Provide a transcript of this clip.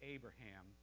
Abraham